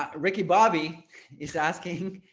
ricky bobby is asking,